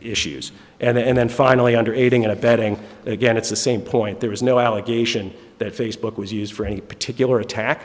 issues and then finally under aiding and abetting again it's the same point there is no allegation that facebook was used for any particular attack